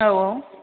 औ